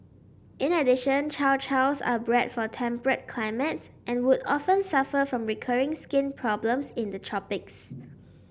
in addition Chow Chows are bred for temperate climates and would often suffer from recurring skin problems in the tropics